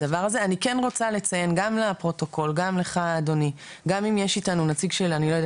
מתוך שלושה מיליון שיחות, לאותו מוקד, אגף של משרד